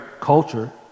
culture